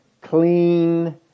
clean